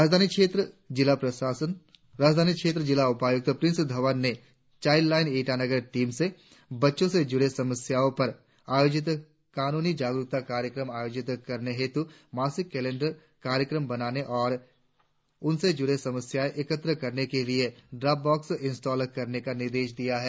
राजधानी क्षेत्र जिला उपायुक्त प्रिंस धवन ने चाईल्डलाईन ईटानगर टीम से बच्चों से जुड़े समस्याओं पर आयोजित कानूनी जागरुकता कार्यक्रम आयोजित करने हेतु मासिक कैलेंडर कार्यक्रम बनाने और उनसे जुड़े समस्याएं इकत्र करने के लिए ड्रॉप बॉक्स इंस्टॉल करने का निर्देश दिया है